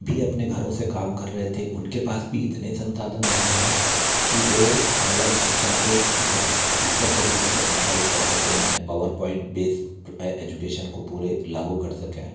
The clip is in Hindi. भी अपने घरों से कम कर रहे थे उनके पास भी इतने संसाधन नहीं हैं कि वो ऑनलाइन शिक्षा को बहुत बहतर तरीक़े से संचालित कर सकें यानी पावर पॉइंट बेस एजुकेशन को पूरा लागू कर सकें